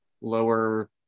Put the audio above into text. lower